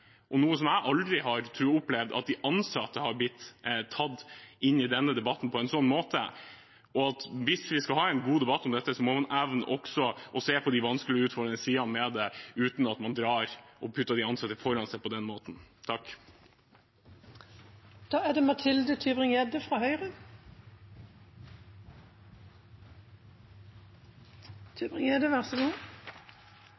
Jeg har aldri opplevd at de ansatte har blitt tatt inn i denne debatten på en slik måte. Hvis vi skal ha en god debatt om dette, må man evne å se på de vanskelige og utfordrende sidene ved dette uten at man setter de ansatte foran seg på den måten.